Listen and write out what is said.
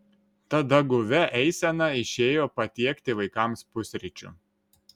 tada guvia eisena išėjo patiekti vaikams pusryčių